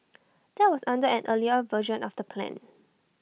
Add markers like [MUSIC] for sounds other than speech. [NOISE] that was under an earlier version of the plan